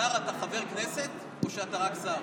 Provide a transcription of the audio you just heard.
השר, אתה חבר כנסת או שאתה רק שר?